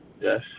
Yes